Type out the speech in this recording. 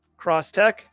Crosstech